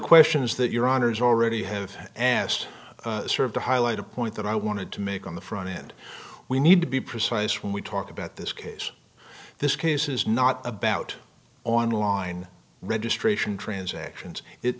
questions that your honors already have asked serve to highlight a point that i wanted to make on the front end we need to be precise when we talk about this case this case is not about online registration transactions it